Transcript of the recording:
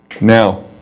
Now